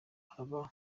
haba